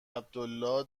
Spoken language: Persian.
عبدالله